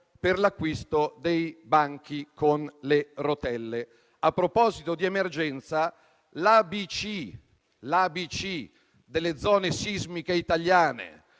per l'acquisto dei banchi con le rotelle. A proposito di emergenza, l'ABC delle zone sismiche italiane